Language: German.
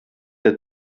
der